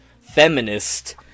feminist